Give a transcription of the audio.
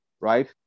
right